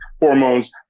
hormones